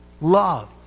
love